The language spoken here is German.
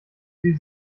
sie